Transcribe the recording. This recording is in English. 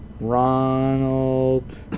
Ronald